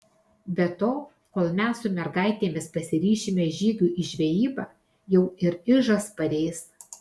be to kol mes su mergaitėmis pasiryšime žygiui į žvejybą jau ir ižas pareis